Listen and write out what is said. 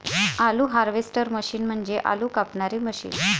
आलू harvester machine म्हणजे आलू कापणारी मशीन